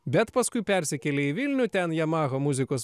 bet paskui persikėlei į vilnių ten yamaha muzikos